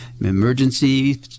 emergency